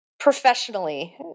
professionally